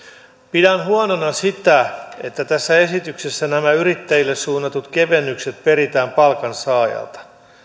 pidän huonona sitä että tässä esityksessä nämä yrittäjille suunnatut kevennykset peritään palkansaajalta